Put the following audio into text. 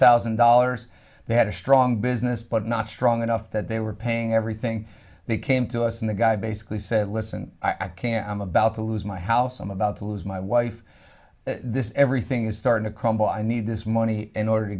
thousand dollars they had a strong business but not strong enough that they were paying everything they came to us and the guy basically said listen i can't i'm about to lose my house i'm about to lose my wife this everything is starting to crumble i need this money in order to